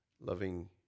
loving